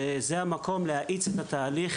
שזה המקום להאיץ את התהליך,